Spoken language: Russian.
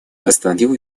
остановил